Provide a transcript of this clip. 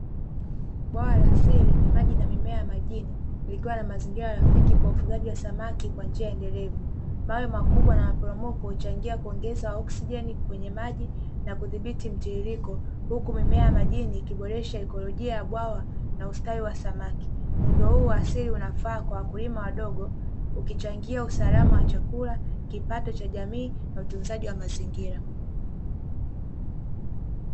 Bwawa la asiri yenye maji na mimea ya majini, likiwa na mazingira rafiki kwa ufugaji wa samaki kwa njia ya endelevu. Mawe makubwa na maporomoko huchangia kuongeza oksijeni kwenye maji na kudhibiti mtiririko, huku mimea majini ikiboresha ikolojia ya bwawa na ustawi wa samaki, muundo huu wa asili unafaa kwa wakulima wadogo ukichangia usalama wa chakula kipato cha jamii na utunzaji wa mazingira.